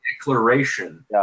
declaration